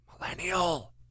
millennial